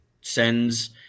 sends